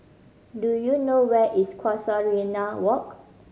do you know where is Casuarina Walk